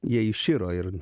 jie iširo ir